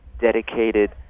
dedicated